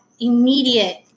immediate